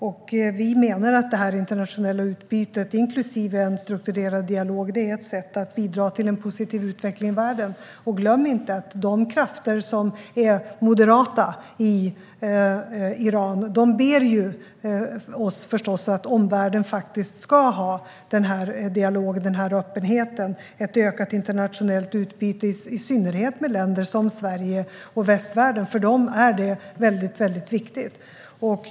Regeringen menar att det internationella utbytet, inklusive en strukturerad dialog, är ett sätt att bidra till en positiv utveckling i världen. Glöm inte att de moderata krafterna i Iran vill att omvärlden ska föra dialogen och utöva en öppenhet med ett ökat internationellt utbyte. Det gäller i synnerhet länder som Sverige och västvärlden. För dem är det viktigt.